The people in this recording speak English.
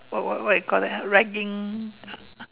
what what what you call that ah ragging